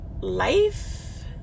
Life